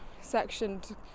sectioned